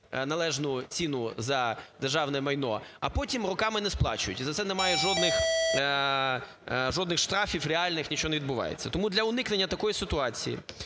належну ціну за державне майно, а потім роками не сплачують, і за це немає жодних штрафів реальних, нічого не відбувається. Тому для уникнення такої ситуації,